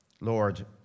Lord